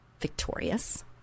victorious